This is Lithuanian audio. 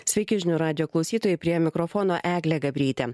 sveiki žinių radijo klausytojai prie mikrofono eglė gabrytė